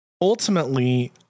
ultimately